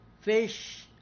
fish